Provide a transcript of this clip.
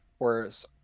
whereas